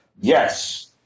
yes